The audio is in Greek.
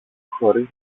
χωρίς